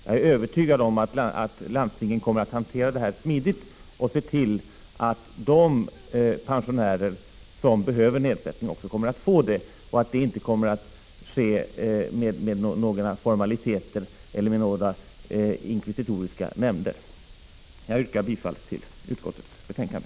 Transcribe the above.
Jag är övertygad om att landstingen kommer att hantera detta på ett smidigt sätt och se till att de pensionärer som behöver avgiftsnedsättning också kommer att få det och att det inte kommer att ske med några onödiga formaliteter eller med några inkvisitoriska nämnder. Jag yrkar bifall till hemställan i utskottets betänkande.